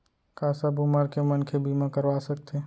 का सब उमर के मनखे बीमा करवा सकथे?